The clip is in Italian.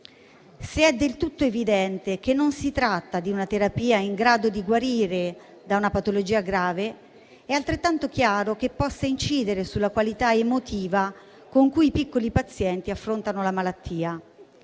Se è del tutto evidente che non si tratta di una terapia in grado di guarire da una patologia grave, è altrettanto chiaro che possa incidere sulla qualità emotiva con cui i piccoli pazienti affrontano la malattia.